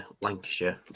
Lancashire